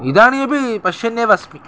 इदानीमपि पश्यन्नेव अस्मि